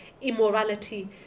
immorality